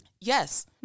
Yes